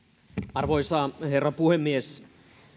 arvoisa herra puhemies